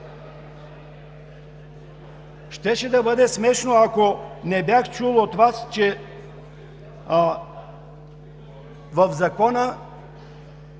Щеше да бъде смешно, ако не бях чул от Вас, че в Закона